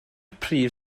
prif